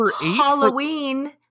Halloween